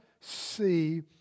see